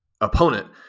opponent